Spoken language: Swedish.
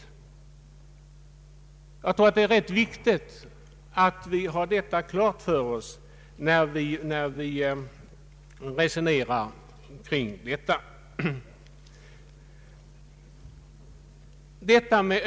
Jag tror att det är viktigt att vi har detta klart för oss, när vi resonerar om detta problem.